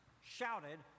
shouted